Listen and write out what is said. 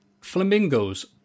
flamingos